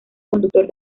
conductor